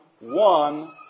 one